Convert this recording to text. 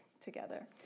together